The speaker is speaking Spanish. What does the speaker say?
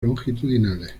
longitudinales